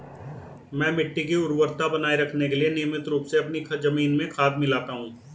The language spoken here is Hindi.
मैं मिट्टी की उर्वरता बनाए रखने के लिए नियमित रूप से अपनी जमीन में खाद मिलाता हूं